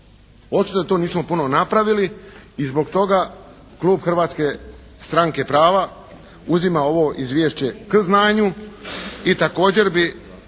Očito da tu nismo puno napravili i zbog toga Klub Hrvatske stranke prava uzima ovo izvješće k znanju i također bi